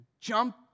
jump